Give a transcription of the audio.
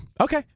Okay